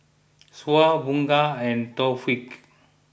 Syah Bunga and Taufik